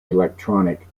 electronic